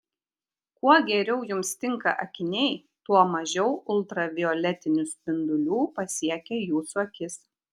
kuo geriau jums tinka akiniai tuo mažiau ultravioletinių spindulių pasiekia jūsų akis